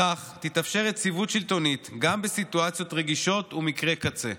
בכך תתאפשר יציבות שלטונית גם בסיטואציות רגישות ומקרי קצה.